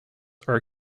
are